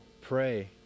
pray